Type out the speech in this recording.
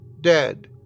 Dead